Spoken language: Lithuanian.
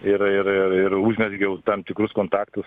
ir ir ir užmezgiau tam tikrus kontaktus